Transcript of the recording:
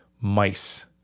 mice